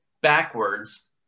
backwards